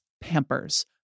Pampers